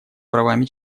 правами